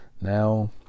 Now